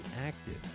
active